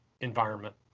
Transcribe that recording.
environment